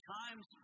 times